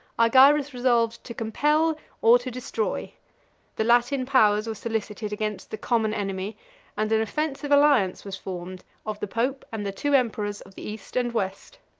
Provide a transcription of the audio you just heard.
argyrus resolved to compel or to destroy the latin powers were solicited against the common enemy and an offensive alliance was formed of the pope and the two emperors of the east and west.